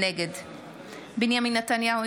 נגד בנימין נתניהו,